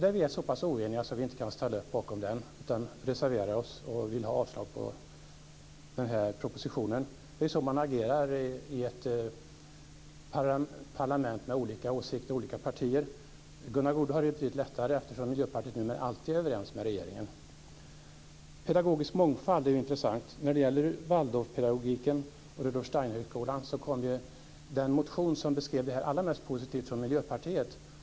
Där är vi så oeniga att vi inte kan ställa upp bakom den utan reserverar oss och vill avslå propositionen. Det är så man agerar i ett parlament med olika åsikter och olika partier. Gunnar Goude har det ju betydligt lättare eftersom Miljöpartiet numera alltid är överens med regeringen. Det är intressant med pedagogisk mångfald. Den motion som allra mest positivt beskrev Waldorfpedagogiken och Rudolf Steinerhögskolan kom från Miljöpartiet.